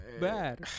bad